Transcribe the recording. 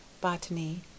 botany